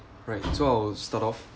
right so I will start off